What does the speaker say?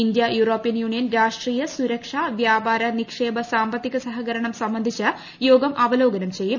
India European Union രഷ്ട്രീയ സുരക്ഷ വ്യാപാര നിക്ഷേപ സാമ്പത്തിക സഹകരണം സംബന്ധിച്ച് യോഗം അവലോകനം ചെയ്യും